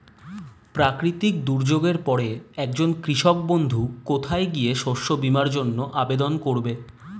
প্রাকৃতিক দুর্যোগের পরে একজন কৃষক বন্ধু কোথায় গিয়ে শস্য বীমার জন্য আবেদন করবে?